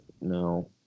No